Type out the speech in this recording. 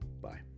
Bye